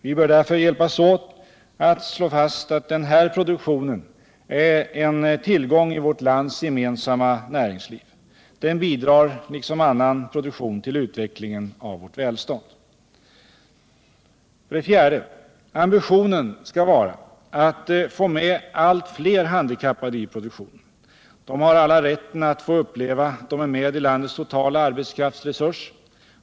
Vi bör därför hjälpas åt att slå fast att den här produktionen är en tillgång i vårt lands gemensamma näringsliv. Den bidrar liksom annan produktion till utvecklingen av vårt välstånd. 4. Ambitionen skall vara att få med allt fler handikappade i produktionen. De har alla rätten att få uppleva att de är med i landets totala arbetskraftsresurs.